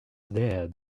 there